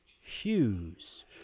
Hughes